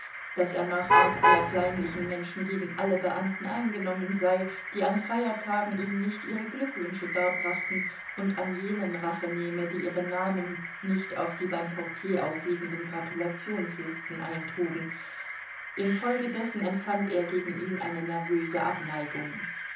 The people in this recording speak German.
daß er nach art aller kleinlichen menschen gegen alle beamten eingenommen sei die an feiertagen ihm nicht ihre glückwünsche darbrachten und an jenen rache nehme die ihre namen nicht auf die beim portier ausliegenden gratulationslisten eintrugen infolgedessen empfand er gegen ihn eine nervöse abneigung